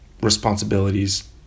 responsibilities